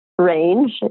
range